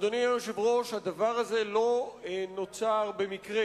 אדוני היושב-ראש, הדבר הזה לא נוצר במקרה.